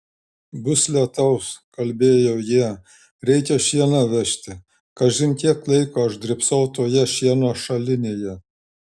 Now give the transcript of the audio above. bus lietaus kalbėjo jie reikia šieną vežti kažin kiek laiko aš drybsau toje šieno šalinėje